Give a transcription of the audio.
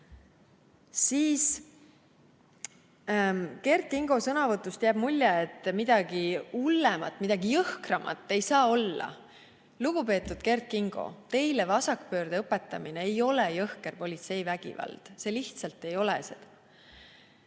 Kert Kingo sõnavõtust jäi mulje, et midagi hullemat, midagi jõhkramat ei saa olla. Lugupeetud Kert Kingo, teile vasakpöörde õpetamine ei ole jõhker politseivägivald. See lihtsalt ei ole seda!